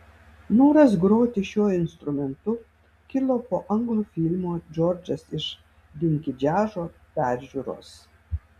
noras groti šiuo instrumentu kilo po anglų filmo džordžas iš dinki džiazo peržiūros